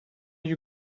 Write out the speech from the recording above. you